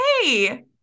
hey